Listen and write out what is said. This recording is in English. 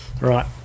Right